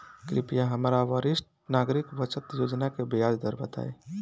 कृपया हमरा वरिष्ठ नागरिक बचत योजना के ब्याज दर बताई